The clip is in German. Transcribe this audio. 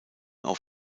auf